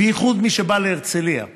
בייחוד מי שבא להרצליה לים,